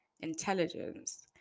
intelligence